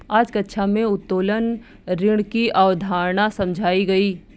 आज कक्षा में उत्तोलन ऋण की अवधारणा समझाई गई